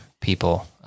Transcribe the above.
people